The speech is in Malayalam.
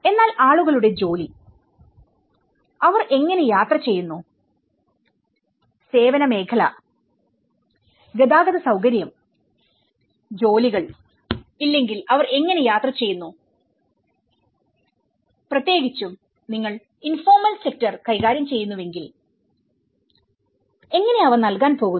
എന്നാൽ ആളുകളുടെ ജോലി അവർ എങ്ങനെ യാത്ര ചെയ്യുന്നു സേവന മേഖല ഗതാഗത സൌകര്യം ജോലികൾ ഇല്ലെങ്കിൽ അവർ എങ്ങനെ യാത്ര ചെയ്യുന്നുപ്രത്യേകിച്ചും നിങ്ങൾ ഇൻഫോർമൽ സെക്ടർ കൈകാര്യം ചെയ്യുന്നുവെങ്കിൽ എങ്ങനെ അവ നൽകാൻ പോകുന്നു